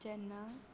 जेन्ना